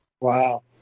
Wow